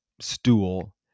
stool